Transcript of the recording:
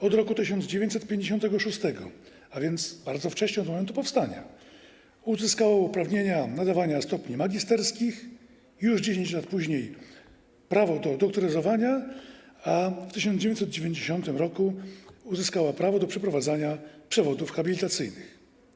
Od roku 1956, a więc bardzo wcześnie od momentu powstania, uzyskała uprawnienia nadawania stopni magisterskich i już 10 lat później prawo do doktoryzowania, a w 1990 r. uzyskała prawo do przeprowadzania przewodów habilitacyjnych.